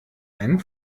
einen